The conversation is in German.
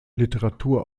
literatur